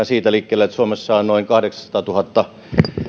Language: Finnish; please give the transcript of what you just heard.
siitä liikkeelle että suomessa on noin kahdeksansataatuhatta